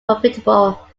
profitable